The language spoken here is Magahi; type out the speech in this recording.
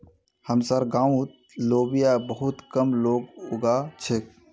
हमसार गांउत लोबिया बहुत कम लोग उगा छेक